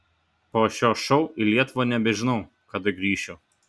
po šio šou į lietuvą nebežinau kada grįšiu